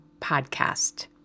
podcast